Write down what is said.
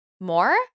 more